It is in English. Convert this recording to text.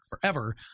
forever